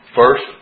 first